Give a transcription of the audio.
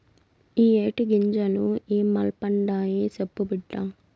ఇయ్యే టీ గింజలు ఇ మల్పండాయి, సెప్పు బిడ్డా